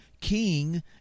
king